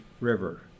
River